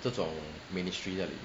这种 ministry 在里面